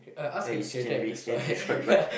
ya it's can be can destroyed but